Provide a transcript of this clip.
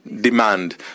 demand